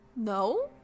No